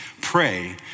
pray